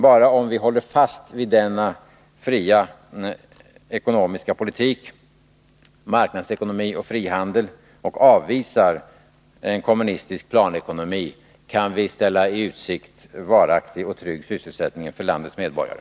Bara om vi håller fast vid denna fria ekonomiska politik, marknadsekonomi och frihandel och avvisar en kommunistisk planekonomi kan vi ställa i utsikt varaktig och trygg sysselsättning för landets medborgare.